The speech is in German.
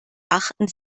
achten